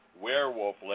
werewolf